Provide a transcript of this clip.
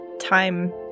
time